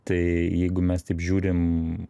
tai jeigu mes taip žiūrim